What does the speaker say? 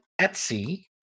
Etsy